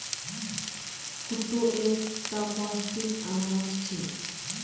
कुट्टू एक टा पौष्टिक अनाज छे